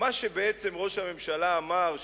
מה שבעצם ראש הממשלה אמר,